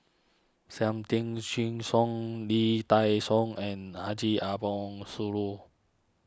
Sam Tan Chin Siong Lee Dai Soh and Haji Ambo Sooloh